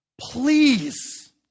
Please